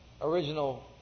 original